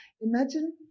Imagine